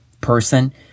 person